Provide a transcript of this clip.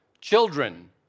Children